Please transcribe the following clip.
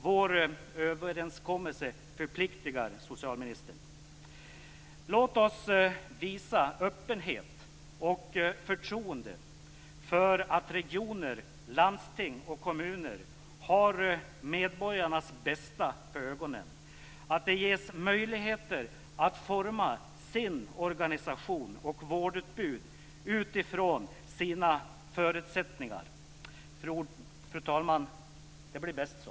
Vår överenskommelse förpliktar, socialministern. Låt oss visa öppenhet och förtroende för att regioner, landsting och kommuner har medborgarnas bästa för ögonen, att de ges möjligheter att forma sin organisation och sitt vårdutbud utifrån sina förutsättningar. Fru talman! Det blir bäst så.